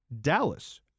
Dallas